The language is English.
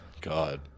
god